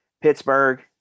Pittsburgh